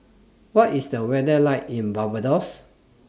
What IS The weather like in Barbados